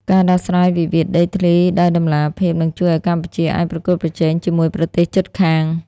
ការដោះស្រាយវិវាទដីធ្លីដោយតម្លាភាព នឹងជួយឱ្យកម្ពុជាអាចប្រកួតប្រជែងជាមួយប្រទេសជិតខាង។